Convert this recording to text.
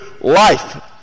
life